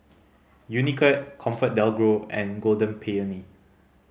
Unicurd ComfortDelGro and Golden Peony